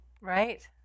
Right